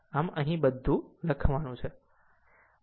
આમ આ અહી બધું લખવાનું છે